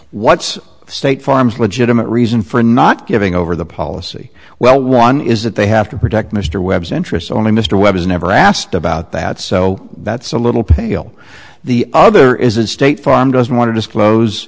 what's the state farm's legitimate reason for not giving over the policy well one is that they have to protect mr webb centrists only mr webb is never asked about that so that's a little pale the other is a state farm doesn't want to disclose